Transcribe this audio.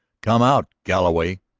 come out, galloway,